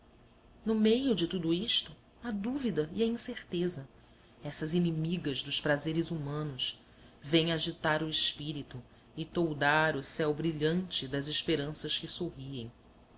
no meio de tudo isto a dúvida e a incerteza essas inimigas dos prazeres humanos vêm agitar o espírito e toldar o céu brilhante das esperanças que sorriem